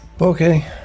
Okay